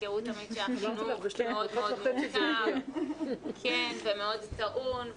תזכרו תמיד שהחינוך מאוד מאוד מורכב ומאוד טעון,